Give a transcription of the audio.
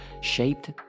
shaped